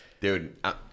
Dude